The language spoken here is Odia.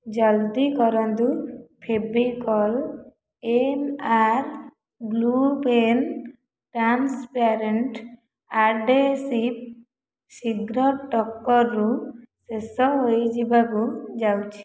ଜଲ୍ଦି କରନ୍ତୁ Fevicol M R glue pen transparent adhesive ଶୀଘ୍ର ଷ୍ଟକ୍ରୁ ଶେଷ ହୋଇଯିବାକୁ ଯାଉଛି